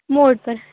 मोड़ पर